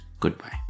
Goodbye